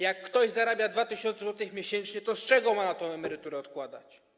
Jak ktoś zarabia 2 tys. zł miesięcznie, to z czego ma na tę emeryturę odkładać?